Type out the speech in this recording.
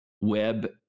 web